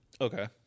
Okay